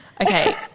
Okay